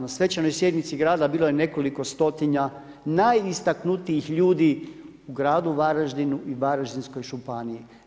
Na svečanoj sjednici grada bilo je nekoliko stotina najistaknutijih ljudi u gradu Varaždinu i Varaždinskoj županiji.